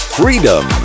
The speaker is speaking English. freedom